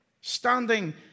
Standing